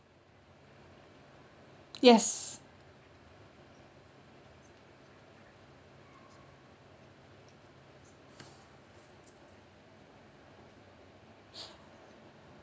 yes